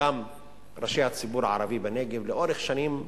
וגם ראשי הציבור הערבי בנגב, לאורך שנים רבות,